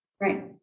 Right